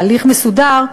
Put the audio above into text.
בהליך מסודר,